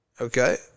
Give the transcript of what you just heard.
okay